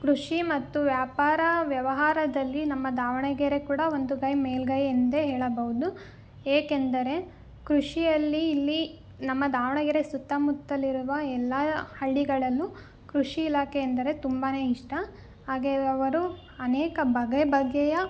ಕೃಷಿ ಮತ್ತು ವ್ಯಾಪಾರ ವ್ಯವಹಾರದಲ್ಲಿ ನಮ್ಮ ದಾವಣಗೆರೆ ಕೂಡ ಒಂದು ಕೈ ಮೇಲುಗೈ ಎಂದೇ ಹೇಳಬೌದು ಏಕೆಂದರೆ ಕೃಷಿಯಲ್ಲಿ ಇಲ್ಲಿ ನಮ್ಮ ದಾವಣಗೆರೆ ಸುತ್ತಮುತ್ತಲಿರುವ ಎಲ್ಲ ಹಳ್ಳಿಗಳಲ್ಲು ಕೃಷಿ ಇಲಾಖೆ ಎಂದರೆ ತುಂಬ ಇಷ್ಟ ಹಾಗೆಯೇ ಅವರು ಅನೇಕ ಬಗೆ ಬಗೆಯ